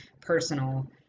personal